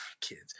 kids